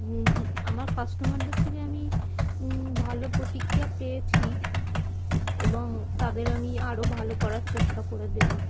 আমার কাস্টমারদের থেকে আমি ভালো প্রতিক্রিয়া পেয়েছি এবং তাদের আমি আরও ভালো করার চেষ্টা করে দেবো